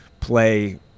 play